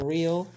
Real